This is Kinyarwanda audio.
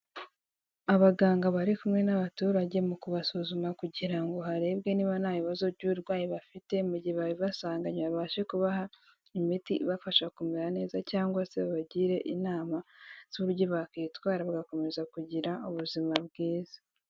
Abaganga bari kumwe n'abaturage mu kubasuzuma kugira ngo harebwe niba nta bibazo by'uburwayi bafite, mu gihe babibasangaye babashe kubaha imiti ibafasha kumera neza cyangwa se babagire inama z'uburyo bakwitwara, bagakomeza kugira ubuzima bwiza.